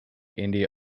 india